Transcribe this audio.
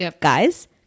Guys